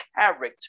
character